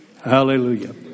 Hallelujah